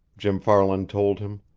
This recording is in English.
jim farland told him.